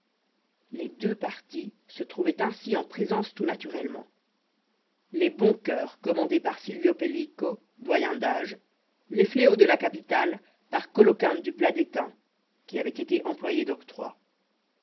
les deux partis se trouvaient ainsi en présence tout naturellement les bons coeurs commandés par silvio pellico doyen d'âge les fléaux de la capitale par coloquinte du platd'étain qui avait été employé d'octroi